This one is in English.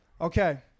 Okay